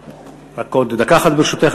רק עוד דקה אחת, ברשותך.